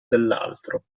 dell’altro